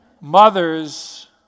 Mothers